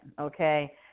okay